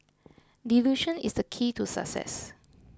delusion is the key to success